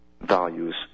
values